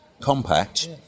compact